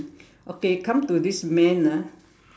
okay come to this man ah